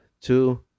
two